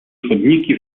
chodniki